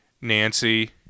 Nancy